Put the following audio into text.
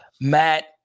Matt